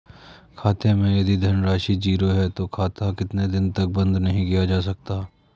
खाते मैं यदि धन राशि ज़ीरो है तो खाता कितने दिन तक बंद नहीं किया जा सकता?